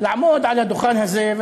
לעמוד על הדוכן הזה,